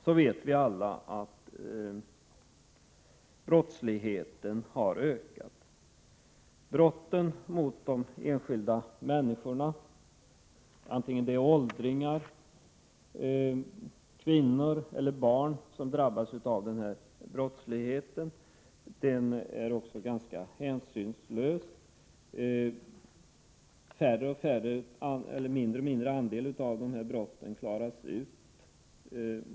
Vi vet alla att brottsligheten har ökat. Brotten mot de enskilda människorna, vare sig det är åldringar, kvinnor eller barn som drabbas av denna brottslighet, är ganska hänsynslösa. Andelen brott som klaras ut har blivit allt mindre.